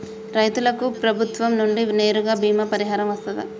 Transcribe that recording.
రైతులకు ప్రభుత్వం నుండి నేరుగా బీమా పరిహారం వత్తదా?